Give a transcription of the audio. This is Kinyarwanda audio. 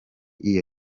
iya